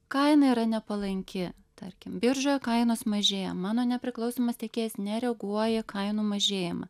kaina yra nepalanki tarkim biržoje kainos mažėja mano nepriklausomas tekės nereaguoja į kainų mažėjimą